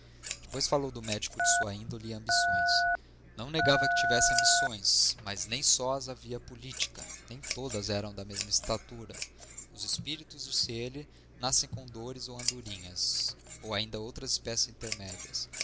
depois falou ao médico da sua índole e ambições não negava que tivesse ambições mas nem só as havia políticas nem todas eram da mesma estatura os espíritos disse ele nascem condores ou andorinhas ou ainda outras espécies intermédias